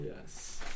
Yes